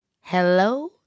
Hello